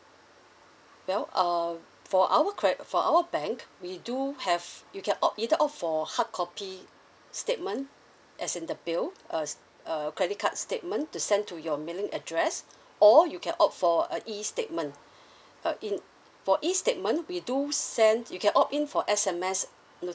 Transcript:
well uh for our cred~ for our bank we do have you can opt either opt for hard copy statement as in the bill us err credit card statement to send to your mailing address or you can opt for a E statement uh in for E statement we do send you can opt in for S_M_S